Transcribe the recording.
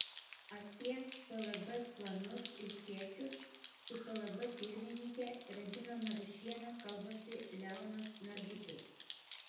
apie plb planus ir siekius su plb pirmininke regina narušiene kalbasi leonas narbutis